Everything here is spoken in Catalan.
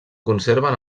conserven